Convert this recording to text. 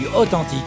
authentique